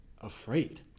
afraid